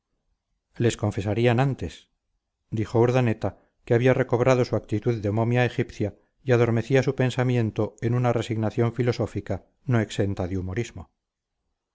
les confesarían antes dijo urdaneta que había recobrado su actitud de momia egipcia y adormecía su pensamiento en una resignación filosófica no exenta de humorismo